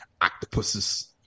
octopuses